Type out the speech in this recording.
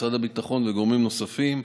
משרד הביטחון וגורמים נוספים.